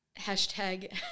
Hashtag